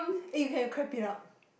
eh you can crap it up